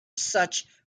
such